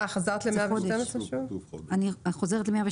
אני חוזרת ל-112.